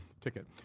ticket